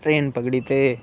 train पगड़ी ते